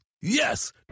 yes